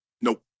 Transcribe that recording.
Nope